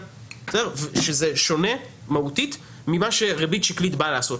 שזה שונה מהותית ממה שריבית שקלית באה לעשות.